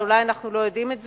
אולי אנחנו לא יודעים את זה,